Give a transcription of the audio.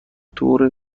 دور